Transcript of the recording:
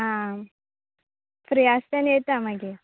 आं फ्री आसता तेन्ना येता मागीर